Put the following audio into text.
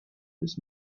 this